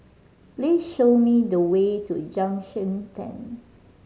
please show me the way to Junction Ten